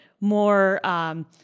more